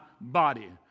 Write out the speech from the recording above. body